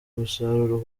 umusaruro